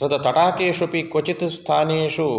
तत्र तडागेष्वपि क्वचित् स्थानेषु